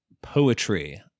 Poetry